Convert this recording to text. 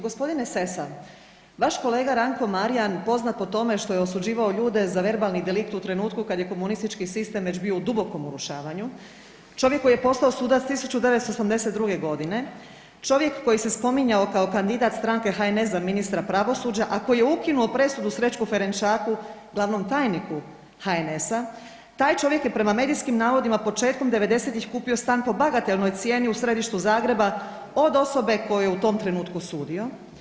Gospodine Sessa vaš kolega Ranko Marijan poznat po tome što je osuđivao ljude za verbalni delikt u trenutku kada je komunistički sistem već bio u dubokom urušavanju, čovjek koji je postao sudac 1982. godine, čovjek koji se spominjao kao kandidat stranke HNS za ministra pravosuđa, a koji je ukinuo presudu Srećku Ferenčaku, glavnom tajniku HNS-a taj čovjek je prema medijskim navodima početkom 90-tih kupio stan po bagatelnoj cijeni u središtu Zagreba od osobe kojoj je u tom trenutku sudio.